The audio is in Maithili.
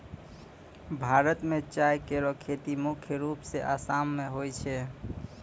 भारत म चाय केरो खेती मुख्य रूप सें आसाम मे होय छै